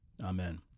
Amen